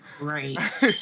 Right